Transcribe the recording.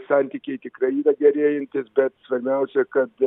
santykiai tikrai yra gerėjantys bet svarbiausia kad